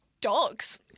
dogs